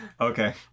okay